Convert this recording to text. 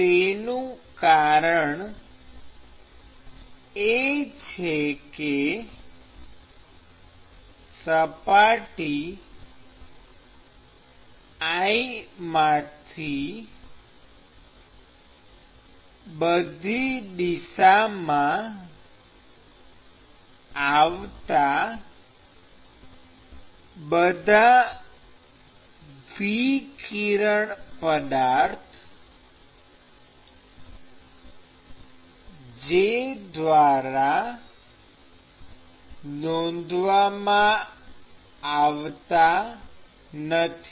તેનું કારણ એ છે કે સપાટી i માંથી બધી દિશામાં આવતા બધા વિકિરણ પદાર્થ j દ્વારા અવરોધવામાં આવતા નથી